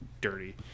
dirty